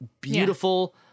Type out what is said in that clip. beautiful